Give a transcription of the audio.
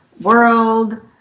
World